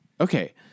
Okay